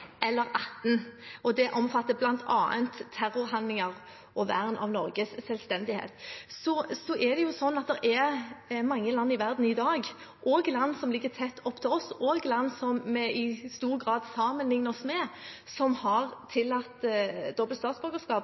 eller 18, og det omfatter bl.a. terrorhandlinger og vern av Norges selvstendighet. Det er sånn at det er mange land i verden i dag, også land som ligger tett opptil oss, og land vi i stor grad sammenligner oss med, som har tillatt dobbelt statsborgerskap,